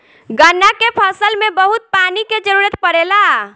गन्ना के फसल में बहुत पानी के जरूरत पड़ेला